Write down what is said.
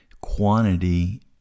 quantity